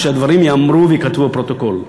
שהדברים ייאמרו וייכתבו בפרוטוקול.